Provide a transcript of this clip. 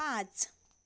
पांच